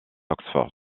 oxford